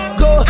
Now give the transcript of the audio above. go